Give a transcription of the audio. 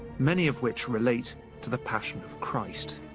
many of which relate to the passion of christ.